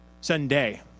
Sunday